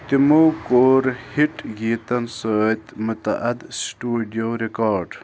تِمو کوٚر ہِٹ گیٖتن سۭتۍ متعدد سٹوڈیٛو رِکارڈ